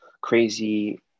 crazy